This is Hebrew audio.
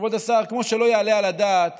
כבוד השר, זה כמו שלא יעלה על הדעת